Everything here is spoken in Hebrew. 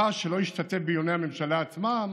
עבאס, שלא השתתף בדיוני הממשלה עצמם